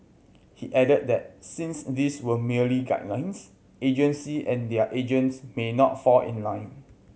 he added that since these were merely guidelines agency and their agents may not fall in line